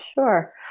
Sure